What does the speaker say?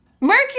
Mercury